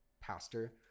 pastor